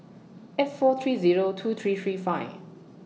eight four three Zero two three three five